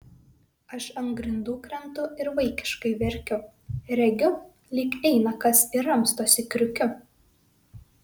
aš ant grindų krentu ir vaikiškai verkiu regiu lyg eina kas ir ramstosi kriukiu